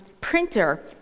printer